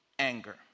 anger